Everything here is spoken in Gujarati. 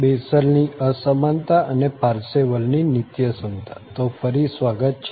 બેસેલની અસમાનતા અને પારસેવલની નિત્યસમતા તો ફરી સ્વાગત છે